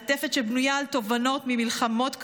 מעטפת שבנויה על תובנות ממלחמות קודמות.